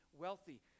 wealthy